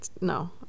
no